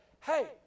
Hey